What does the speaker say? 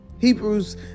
Hebrews